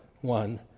one